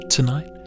Tonight